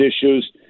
issues